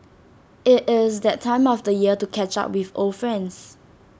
IT is that time of year to catch up with old friends